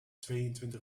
tweeëntwintig